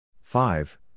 five